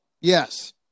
Yes